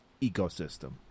ecosystem